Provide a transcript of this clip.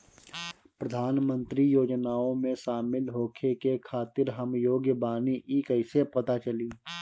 प्रधान मंत्री योजनओं में शामिल होखे के खातिर हम योग्य बानी ई कईसे पता चली?